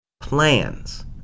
plans